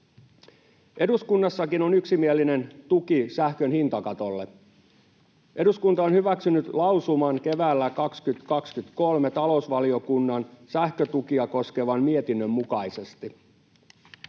Eduskunnassakin on yksimielinen tuki sähkön hintakatolle. Eduskunta on hyväksynyt keväällä 2023 lausuman talousvaliokunnan sähkötukia koskevan mietinnön mukaisesti.